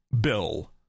bill